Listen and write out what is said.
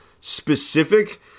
specific